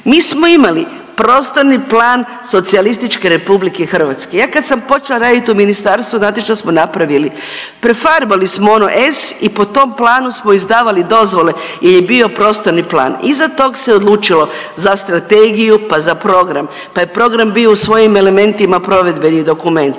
Mi smo imali prostorni plan Socijalističke Republike Hrvatske. Ja kad sam počela raditi u ministarstvu znate što smo napravili? Prefarbali smo ono S i po tom planu smo izdavali dozvole, jer je bio prostorni plan. Iza tog se odlučilo za strategiju, pa za program, pa je program bio u svojim elementima provedbeni dokument,